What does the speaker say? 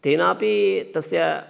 तेनापि तस्य